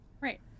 Right